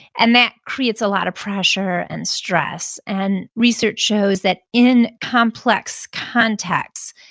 and that creates a lot of pressure and stress. and research shows that in complex contexts,